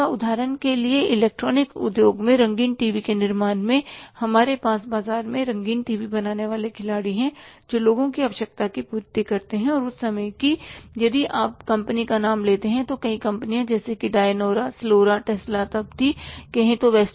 उदाहरण के लिए इलेक्ट्रॉनिक्स उद्योग में रंगीन टीवी के निर्माण में हमारे पास बाजार में रंगीन टीवी बनाने वाले खिलाड़ी है जो लोगों की आवश्यकता की पूर्ति करते हैं और उस समय की यदि आप कंपनी का नाम लेते हैं तो कई कंपनियों जैसे कि डायनोरा सलोरा टेस्ला तब थीं और कहे तो वेस्टर्न